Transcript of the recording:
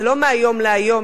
זה לא מהיום להיום,